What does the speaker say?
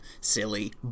silly